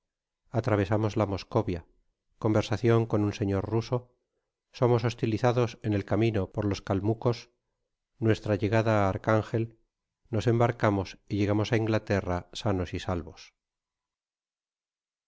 atravesamos la moscovia conversacion con un señor ruso somos hostilizados en el camino por los calmaeos nuestra llegada a archangel nos embarcamos y llegamos a inglaterra sanos y salvos